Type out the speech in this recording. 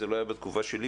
זה לא היה בתקופה שלי,